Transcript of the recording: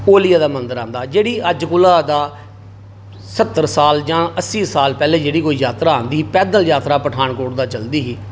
ओलिया दा मंदर आंदा जेह्ड़ी अज्ज कोला सत्तर साल जां अस्सी साल पैह्ले जेह्ड़ी कोई यात्रा आंदी ही पैदल यात्रा आंदी ही पठानकोट दा चलदी ही